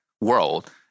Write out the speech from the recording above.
world